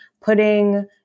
putting